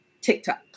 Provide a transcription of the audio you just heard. TikTok